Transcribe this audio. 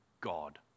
God